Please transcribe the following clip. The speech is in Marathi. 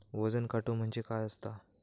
वजन काटो म्हणजे काय असता?